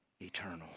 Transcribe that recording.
eternal